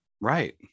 Right